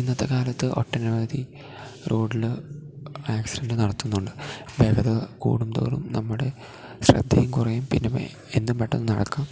ഇന്നത്തെ കാലത്ത് ഒട്ടനവധി റോഡിൽ ആക്സിഡന്റ് നട ത്തുന്നുണ്ട് വേഗത കൂടും തോറും നമ്മുടെ ശ്രദ്ധയും കുറയും പിന്നെ എന്തും പെട്ടെന്ന് നടക്കും